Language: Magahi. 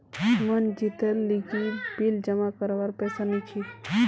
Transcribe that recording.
मनजीतेर लीगी बिल जमा करवार पैसा नि छी